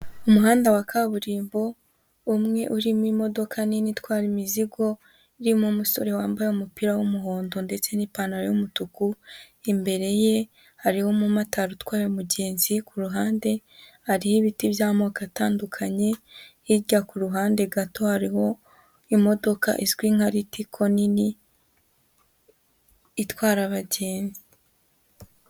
Umuhanda wa kaburimbo, umwe urimo imodoka nini itwara imizigo, irimo umusore wambaye umupira w'umuhondo ndetse n'ipantaro y'umutuku, imbere ye hariho umumotari utwaye umugenzi, ku ruhande hariho ibiti by'amoko atandukanye, hirya ku ruhande gato hariho imodoka izwi nka litiko nini itwara abagenzi.